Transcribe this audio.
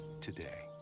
today